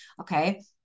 Okay